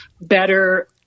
better